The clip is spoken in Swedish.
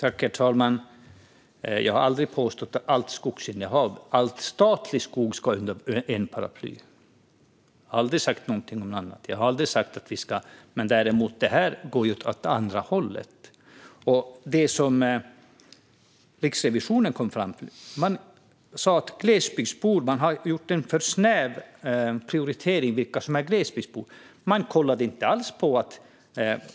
Herr talman! Jag har aldrig påstått att det gäller allt skogsinnehav. All statlig skog ska in under ett paraply. Jag har aldrig sagt någonting annat. Däremot går ju detta åt andra hållet. Riksrevisionen kom fram till att man har gjort en för snäv prioritering av vilka som är glesbygdsbor. Man kollade inte alls på detta.